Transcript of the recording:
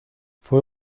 fue